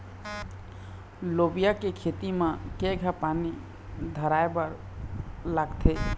लोबिया के खेती म केघा पानी धराएबर लागथे?